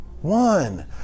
One